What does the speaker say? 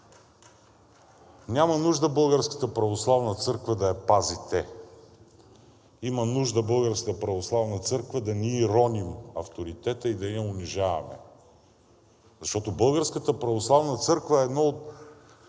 Няма нужда Българската православна църква да я пазите. Има нужда Българската православна църква да не ѝ роним авторитета и да я унижаваме. Защото Българската православна църква е една от